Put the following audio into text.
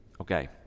Okay